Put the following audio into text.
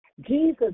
Jesus